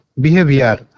Behavior